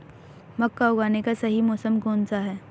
मक्का उगाने का सही मौसम कौनसा है?